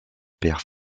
pères